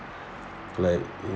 like